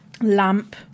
lamp